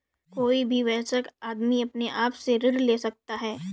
कोई भी वयस्क आदमी अपने आप से ऋण ले सकता है